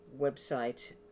website